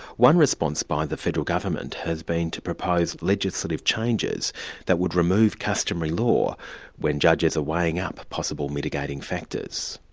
one response by the federal government has been to propose legislative changes that would remove customary law when judges are weighing up possible mitigating factors.